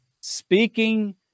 speaking